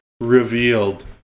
revealed